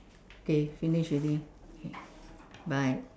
okay finish already okay bye